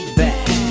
back